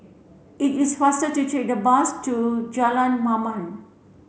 it is faster to take the bus to Jalan Mamam